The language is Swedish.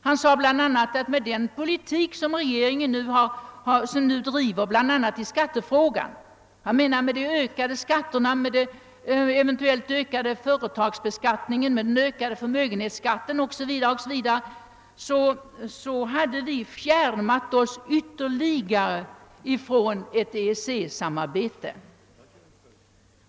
Han sade att med den skattepolitik som regeringen nu driver — med ökade skatter, eventuellt ökad företagsbeskattning och förmögenhetsbeskattning o.s.v. — hade vi fjärmat oss ytterligare från ett EEC samarbete.